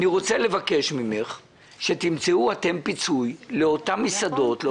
אני רוצה לבקש ממך שתמצאו אתם פיצוי לאותן מסעדות.